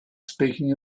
speaking